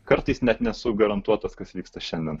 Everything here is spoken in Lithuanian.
kartais net nesu garantuotas kas vyksta šiandien